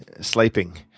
sleeping